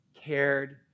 cared